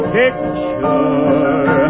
picture